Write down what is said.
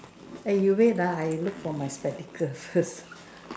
eh you read ah I look for my spectacle first